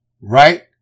right